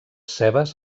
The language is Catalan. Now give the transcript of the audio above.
cebes